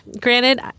Granted